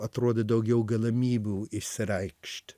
atrodė daugiau galimybių išsireikšt